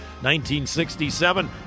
1967